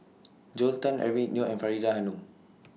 Joel Tan Eric Neo and Faridah Hanum